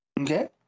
Okay